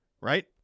right